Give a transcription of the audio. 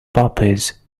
puppies